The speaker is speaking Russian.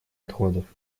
отходов